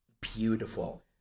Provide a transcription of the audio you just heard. beautiful